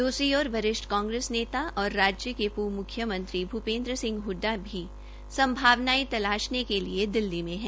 द्रसरी ओर वरिष्ठ कांग्रेस नेता और राज्य के पूर्व मुख्यमंत्री भूपेन्द्र सिंह हडडा भी संभावनायें तलाशने के लिए दिल्ली में है